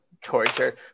torture